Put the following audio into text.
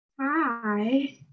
Hi